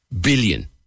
billion